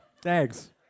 Thanks